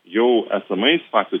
jau esamais faktų